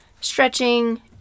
stretching